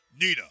Nina